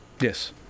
Yes